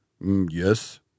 Yes